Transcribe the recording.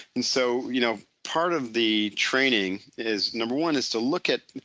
and so, you know part of the training is number one is to look at